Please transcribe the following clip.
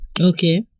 Okay